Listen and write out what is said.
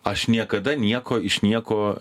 aš niekada nieko iš nieko